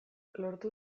lortu